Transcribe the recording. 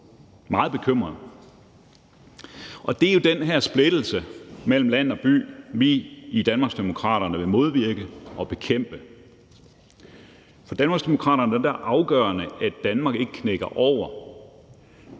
meget bekymret. Og det er jo den her splittelse mellem land og by, vi i Danmarksdemokraterne vil modvirke og bekæmpe. For Danmarksdemokraterne er det afgørende, at Danmark ikke knækker over,